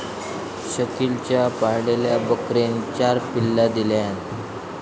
शकिलच्या पाळलेल्या बकरेन चार पिल्ला दिल्यान